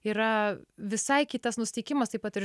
yra visai kitas nusiteikimas taip pat ir